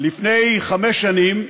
לפני חמש שנים,